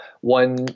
one